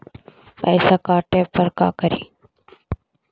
पैसा काटे पर का करि?